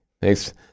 Thanks